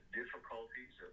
difficulties